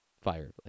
fire